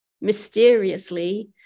mysteriously